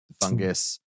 fungus